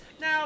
Now